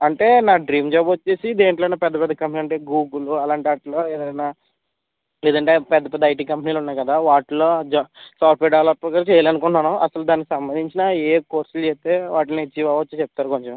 అంటే నా dream job వచ్చేసి దేంట్లో అన్నా పెద్ద పెద్ద కంపెనీలు అంటే గూగులు అలాంటి వాటిల్లో ఏదైనా లేదంటే పెద్ద పెద్ద ఐటీ కంపెనీలు ఉన్నాయి కదా వాటిల్లో జా సాఫ్ట్వేర్ డెవలపర్గా చేయాలని అనుకుంటున్నాను అసలు దానికి సంబంధించిన ఏ కోర్సులు చెస్తే వాటిని చేయవచ్చో చెప్తారా కొంచెం